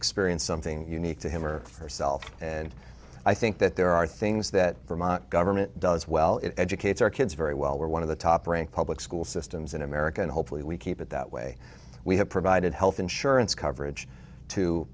experience something unique to him or herself and i think that there are things that government does well it educates our kids very well we're one of the top ranked public school systems in america and hopefully we keep it that way we have provided health insurance coverage to